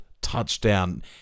touchdown